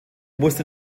musste